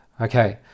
Okay